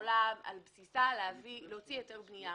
שעל בסיסה אפשר להוציא היתר בנייה,